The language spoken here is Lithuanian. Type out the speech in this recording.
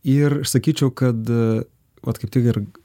ir sakyčiau kad vat kaip tik ir